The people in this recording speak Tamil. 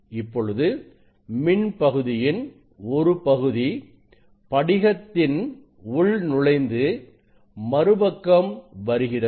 இப்பொழுது மின் பகுதியின் ஒரு பகுதி படிகத்தின் உள் நுழைந்து மறுபக்கம் வருகிறது